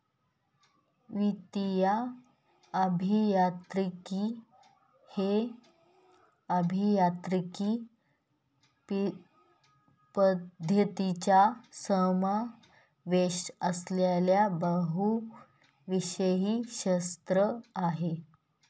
वित्तीय अभियांत्रिकी हे अभियांत्रिकी पद्धतींचा समावेश असलेले बहुविषय क्षेत्र आहे